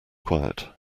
quiet